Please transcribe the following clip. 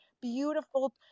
beautiful